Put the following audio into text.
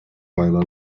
while